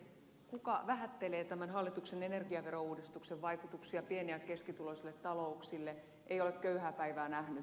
se joka vähättelee tämän hallituksen energiaverouudistuksen vaikutuksia pieni ja keskituloisille talouksille ei ole köyhää päivää nähnyt